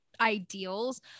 ideals